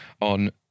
on